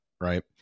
right